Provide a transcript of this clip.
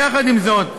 יחד עם זאת,